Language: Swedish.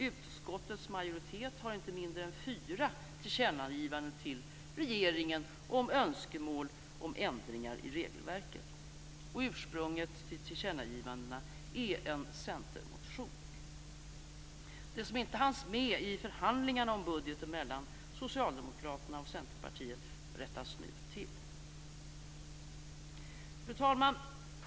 Utskottets majoritet har inte mindre än fyra tillkännagivanden till regeringen om önskemål om ändringar i regelverket. Ursprunget till tillkännagivandena är en centermotion. Det som inte hanns med i förhandlingarna om budgeten mellan Socialdemokraterna och Centerpartiet rättas nu till. Fru talman!